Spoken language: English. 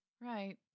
Right